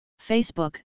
Facebook